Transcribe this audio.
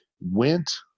went